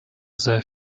sehr